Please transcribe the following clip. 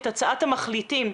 את הצעת המחליטים,